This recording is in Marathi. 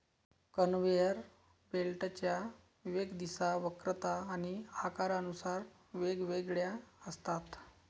कन्व्हेयर बेल्टच्या वेग, दिशा, वक्रता आणि आकारानुसार वेगवेगळ्या असतात